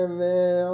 man